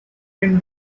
been